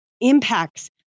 impacts